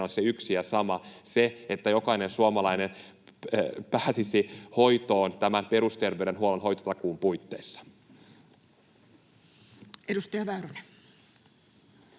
on se yksi ja sama: se, että jokainen suomalainen pääsisi hoitoon tämän perusterveydenhuollon hoitotakuun puitteissa. [Speech